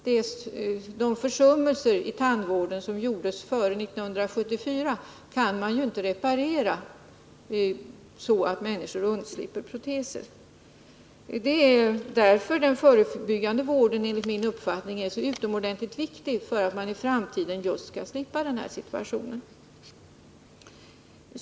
De försummelser i tandvården som gjordes före 1974 kan man inte reparera så att människor undslipper proteser. Det är för att man i framtiden skall slippa den här situationen som den förebyggande tandvården enligt min uppfattning är så utomordentligt viktig.